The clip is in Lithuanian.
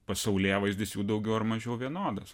pasaulėvaizdis jų daugiau ar mažiau vienodas